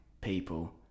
people